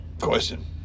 Question